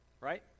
Right